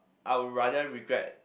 I will rather regret